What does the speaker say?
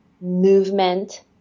movement